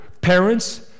parents